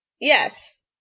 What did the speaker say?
Yes